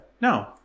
No